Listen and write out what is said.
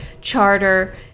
charter